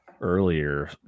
earlier